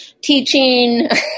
teaching